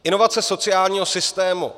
Inovace sociálního systému.